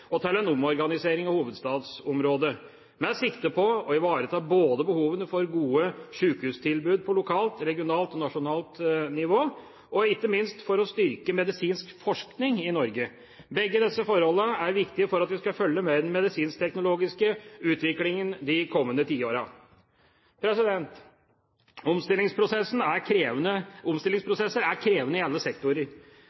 og til en omorganisering i hovedstadsområdet, med sikte på å ivareta både behovene for gode sykehustilbud på lokalt, regionalt og nasjonalt nivå, og ikke minst for å styrke medisinsk forskning i Norge. Begge disse forholdene er viktige for at vi skal følge med i den medisinsk-teknologiske utviklingen de kommende tiårene. Omstillingsprosesser er krevende